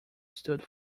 stood